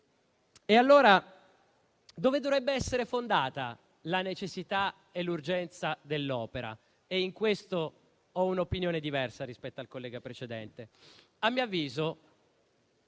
Allora su cosa dovrebbe essere fondata la necessità e l'urgenza dell'opera? In questo ho un'opinione diversa rispetto al collega intervenuto